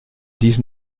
dix